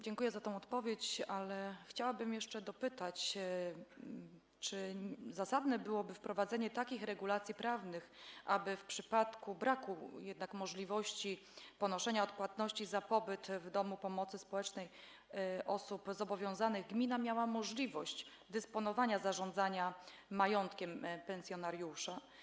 Dziękuję za tę odpowiedź, ale chciałabym jeszcze dopytać, czy nie byłoby zasadne wprowadzenie takich regulacji prawnych, aby w przypadku braku jednak możliwości odpłatności, ponoszenia kosztów pobytu w domu pomocy społecznej osób zobowiązanych gmina miała możliwość dysponowania, zarządzania majątkiem pensjonariusza.